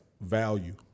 value